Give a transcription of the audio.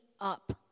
up